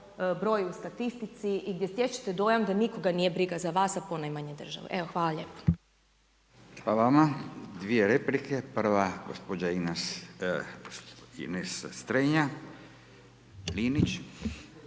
broj u statistici i gdje stječe dojam da nikoga nije briga za vas a ponajmanje države. Evo hvala lijepa. **Radin, Furio (Nezavisni)** Hvala vama. Dvije replike, prva gđa. Ines Strenja Linić.